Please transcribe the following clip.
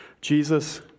Jesus